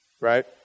right